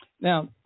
now